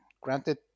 Granted